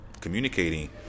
communicating